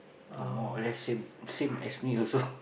or more or less same same as me also